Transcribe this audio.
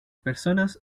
personas